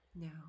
No